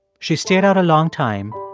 she stayed out a long time,